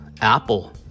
Apple